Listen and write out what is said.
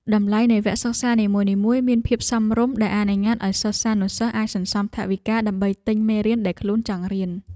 តម្លៃនៃវគ្គសិក្សានីមួយៗមានភាពសមរម្យដែលអនុញ្ញាតឱ្យសិស្សានុសិស្សអាចសន្សំថវិកាដើម្បីទិញមេរៀនដែលខ្លួនចង់រៀន។